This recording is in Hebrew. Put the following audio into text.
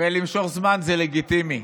ולמשוך זמן, זה לגיטימי.